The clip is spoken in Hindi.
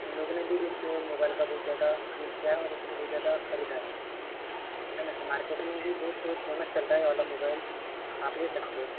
इन लोगों ने भी इस मोबाइल का बहुत ज़्यादा यूज़ किया है और इससे बहुत ज़्यादा खरीदा है है ना तो मार्केट में भी बहुत फेमस चल रहा है ये वाला मोबाइल आप ले सकते हैं